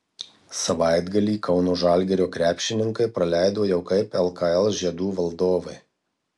savaitgalį kauno žalgirio krepšininkai praleido jau kaip lkl žiedų valdovai